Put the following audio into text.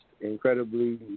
incredibly